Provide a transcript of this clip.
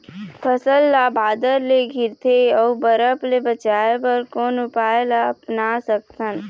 फसल ला बादर ले गिरथे ओ बरफ ले बचाए बर कोन उपाय ला अपना सकथन?